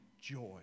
joy